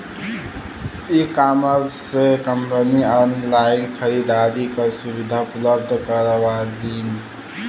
ecommerce से company online खरीदारी क सुविधा उपलब्ध करावलीन